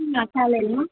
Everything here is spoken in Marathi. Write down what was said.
तुला चालेल ना